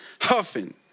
huffing